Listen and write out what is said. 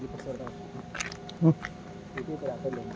PPI ಸಾಮಾನ್ಯವಾಗಿ ಸೇಮಿತ ಅವಧಿಗೆ ಪಾವತಿಗಳನ್ನ ಒಳಗೊಂಡಿರ್ತದ